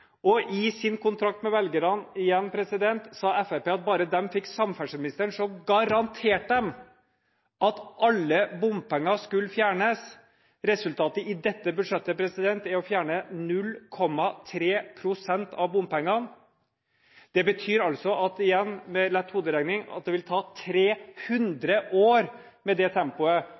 Og i sin kontrakt med velgerne – igjen – sa Fremskrittspartiet at bare de fikk samferdselsministeren, garanterte de at alle bompenger skulle fjernes. Resultatet i dette budsjettet er å fjerne 0,3 pst. av bompengene. Det betyr altså – igjen – med lett hoderegning, at det vil ta 300 år med det tempoet